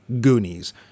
goonies